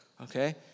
okay